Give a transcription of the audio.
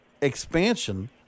expansion